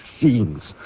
scenes